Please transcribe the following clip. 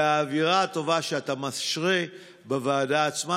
והאווירה הטובה שאתה משרה בוועדה עצמה.